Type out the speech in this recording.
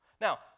Now